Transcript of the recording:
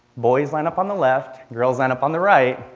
boys line up on the left, girls line up on the right.